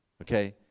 Okay